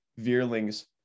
Veerling's